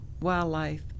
wildlife